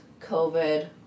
COVID